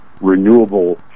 renewable